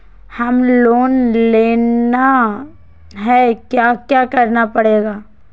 हमें लोन लेना है क्या क्या करना पड़ेगा?